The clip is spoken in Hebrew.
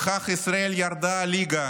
בכך ישראל ירדה ליגה